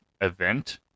event